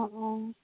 অঁ